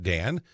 Dan